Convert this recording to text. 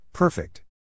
Perfect